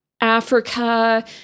Africa